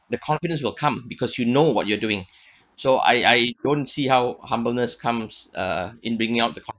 the confidence will come because you know what you're doing so I I don't see how humbleness comes uh in bringing out the